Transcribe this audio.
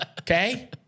Okay